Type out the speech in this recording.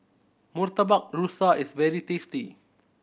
Murtabak Rusa is very tasty